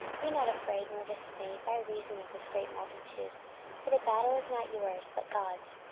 be not afraid nor dismayed by reason of this great multitude for the battle is not yours, but god's.